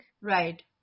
right